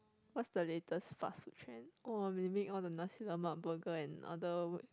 what's the latest fast food trend oh they make all the Nasi-Lemak burger and other